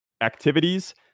activities